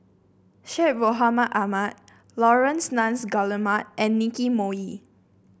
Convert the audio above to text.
Syed Mohamed Ahmed Laurence Nunns Guillemard and Nicky Moey